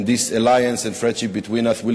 and this alliance and friendship between us will